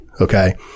Okay